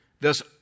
Thus